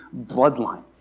bloodline